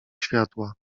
światła